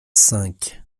cinq